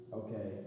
okay